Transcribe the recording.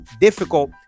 difficult